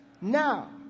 Now